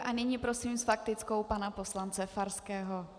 A nyní prosím s faktickou pana poslance Farského.